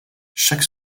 chaque